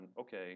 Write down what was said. okay